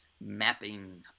mapping